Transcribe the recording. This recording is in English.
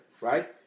right